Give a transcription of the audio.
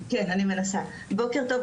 בוקר טוב,